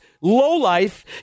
lowlife